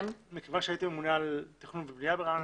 מכיוון שהייתי ממונה על תכנון ובנייה ברעננה,